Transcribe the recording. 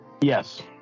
Yes